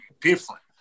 different